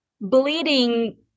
bleeding